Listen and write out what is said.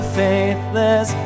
faithless